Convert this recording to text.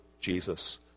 Jesus